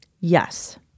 Yes